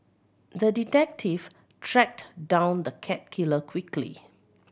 the detective tracked down the cat killer quickly